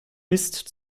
mist